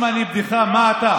אם אני בדיחה, מה אתה?